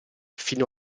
fino